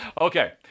Okay